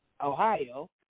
Ohio